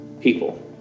people